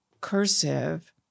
cursive